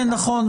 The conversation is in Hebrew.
כן נכון.